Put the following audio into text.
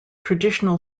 traditional